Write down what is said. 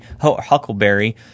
Huckleberry